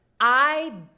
I